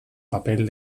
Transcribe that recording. papel